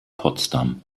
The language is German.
potsdam